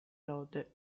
lode